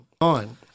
on